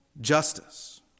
justice